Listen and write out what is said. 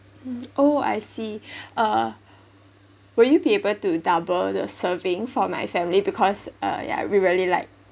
mm oh I see uh will you be able to double the serving for my family because uh yeah we really like